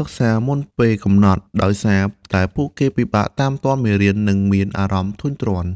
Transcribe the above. សិក្សាមុនពេលកំណត់ ដោយសារតែពួកគេពិបាកតាមទាន់មេរៀននិងមានអារម្មណ៍ធុញទ្រាន់។